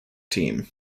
team